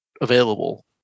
available